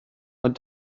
ond